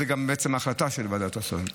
זו גם ההחלטה של ועדת השרים.